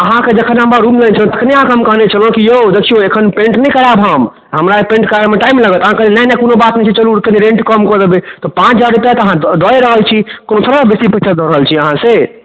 अहाँके जखन हमर रूम लेने छलहुँ हँ तखने अहाँकऽ हम कहने छलहुँ कि यौ देखियौ एखन पेन्ट नहि कराएब हम हमरा एहि पेन्ट करैमे टाइम लागत अहाँ कहलियै नहि नहि कोनो बात नहि छै चलू कनि रेन्ट कम कऽ देबै तऽ पाँच हजार रुपआ तऽ अहाँ दऽ दए रहल छी कोन बेसी पैसा दऽ रहल छी से